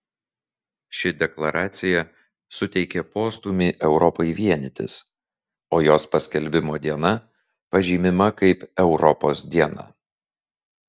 ši deklaracija suteikė postūmį europai vienytis o jos paskelbimo diena pažymima kaip europos diena